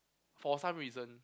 for some reason